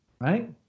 right